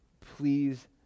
please